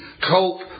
cope